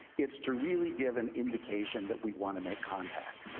it's to really give an indication that we want to make contact.